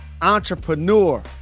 entrepreneur